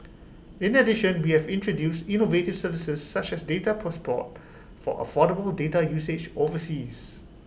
in addition we have introduced innovative services such as data passport for affordable data usage overseas